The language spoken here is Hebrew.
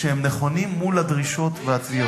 שהם נכונים, מול הדרישות והתביעות.